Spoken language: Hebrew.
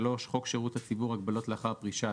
חוק שירות הציבור (הגבלות לאחר פרישה),